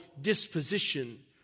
disposition